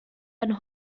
ein